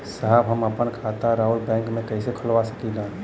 साहब हम आपन खाता राउर बैंक में कैसे खोलवा सकीला?